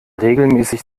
regelmäßig